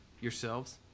yourselves